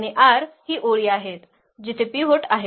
आणि R ही ओळी आहेत जिथे पिव्होट आहेत